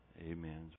Amen